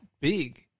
big